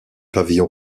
pavillon